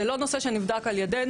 זה לא נושא שנבדק על-ידינו.